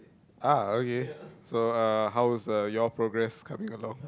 ah okay so uh how's uh your progress coming along